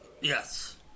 Yes